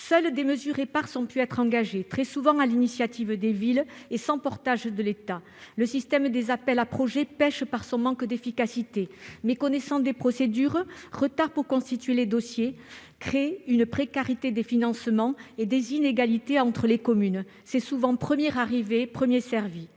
Seules des mesures éparses ont pu être engagées, très souvent sur l'initiative des villes et sans accompagnement de l'État. Le système des appels à projets pèche par son manque d'efficacité. La méconnaissance des procédures et les retards dans la constitution des dossiers entraînent une précarité des financements et des inégalités entre les communes. C'est souvent « premier arrivé, premier servi